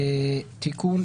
(תיקון),